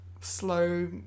slow